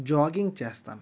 jogging చేస్తాను